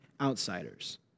outsiders